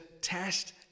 test